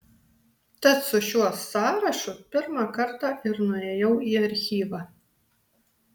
tad su šiuo sąrašu pirmą kartą ir nuėjau į archyvą